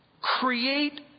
create